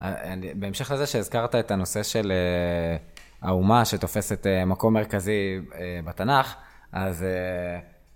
בהמשך לזה שהזכרת את הנושא של האומה שתופסת מקום מרכזי בתנ״ך, אז...